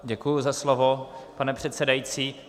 Děkuji za slovo, pane předsedající.